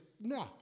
no